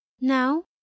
now